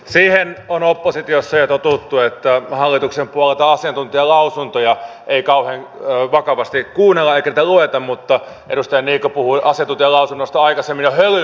siihen on oppositiossa jo totuttu että hallituksen puolelta asiantuntijalausuntoja ei kauhean vakavasti kuunnella eikä niitä lueta mutta edustaja niikko puhui asiantuntijalausunnoista aikaisemmin jo hölynpölynä